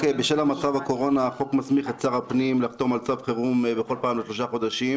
בקשת הממשלה להקדמת הדיון בהצעת